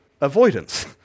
avoidance